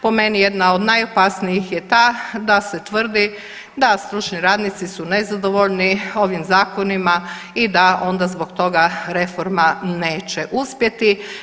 Po meni jedna od najopasnijih je ta da se tvrdi da stručni radnici su nezadovoljni ovim zakonima i da onda zbog toga reforma neće uspjeti.